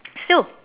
still